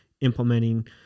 implementing